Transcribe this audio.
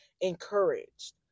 encouraged